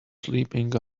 sleeping